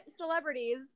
celebrities